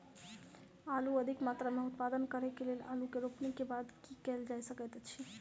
आलु अधिक मात्रा मे उत्पादन करऽ केँ लेल आलु केँ रोपनी केँ बाद की केँ कैल जाय सकैत अछि?